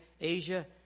Asia